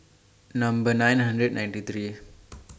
Number nine hundred ninety three